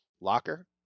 Locker